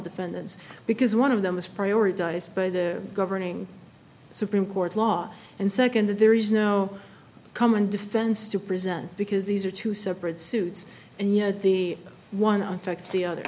defendants because one of them is prioritized by the governing supreme court law and second that there is no common defense to present because these are two separate suits and yet the one on facts the other